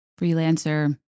freelancer